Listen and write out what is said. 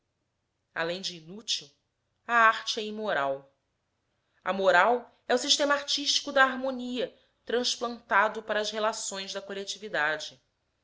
além de inútil a arte é imoral a moral é o sistema artístico da harmonia transplantado para as relações de coletividade